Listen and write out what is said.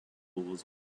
was